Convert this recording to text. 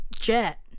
Jet